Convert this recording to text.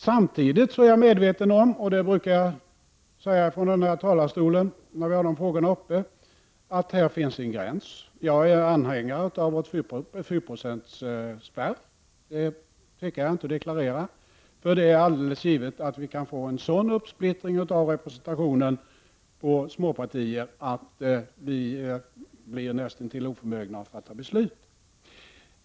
Samtidigt är jag medveten om — det brukar jag säga från kammarens talarstol när vi har de frågorna uppe till diskussion — att här finns en gräns: Jag är anhängare av vår 4-procentsspärr; det tvekar jag inte att deklarera. Det är alldeles givet att vi annars kan få en sådan uppsplittring av representationen på småpartier att vi blir näst intill oförmögna att fatta beslut.